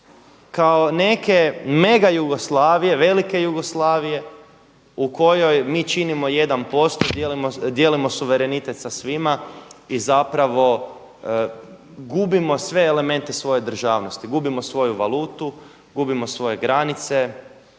kao neke mega Jugoslavije, velike Jugoslavije u kojoj mi činimo 1%, dijelimo suverenitet sa svima i zapravo gubimo sve elemente svoje državnosti, gubimo svoju valutu, gubimo svoje granice,